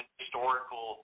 historical